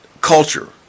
culture